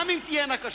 גם אם תהיינה קשות.